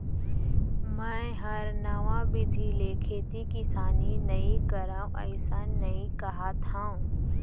मैं हर नवा बिधि ले खेती किसानी नइ करव अइसन नइ कहत हँव